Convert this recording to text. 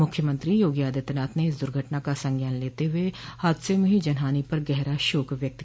मुख्यमंत्री योगी आदित्यनाथ ने इस दुर्घटना का संज्ञान लेते हुए हादसे में हुई जन हानि पर गहरा शोक व्यक्त किया है